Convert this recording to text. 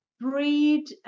breed